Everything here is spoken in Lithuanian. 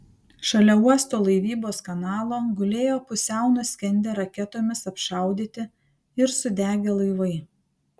šalia uosto laivybos kanalo gulėjo pusiau nuskendę raketomis apšaudyti ir sudegę laivai